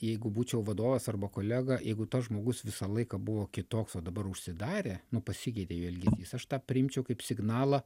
jeigu būčiau vadovas arba kolega jeigu tas žmogus visą laiką buvo kitoks o dabar užsidarė nu pasikeitė jo elgesys aš tą priimčiau kaip signalą